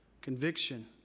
conviction